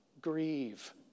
grieve